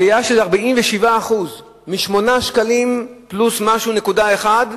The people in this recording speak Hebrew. עלייה של 47%. מ-8.1 שקלים ל-11.9 שקלים,